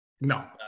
no